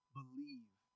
believe